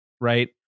right